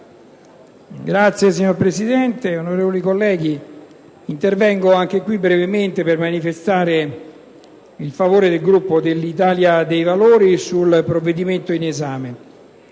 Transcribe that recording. Signora Presidente, onorevoli colleghi, intervengo anche qui brevemente per manifestare il favore del Gruppo dell'Italia dei Valori sul provvedimento in esame.